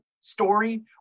story